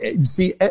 See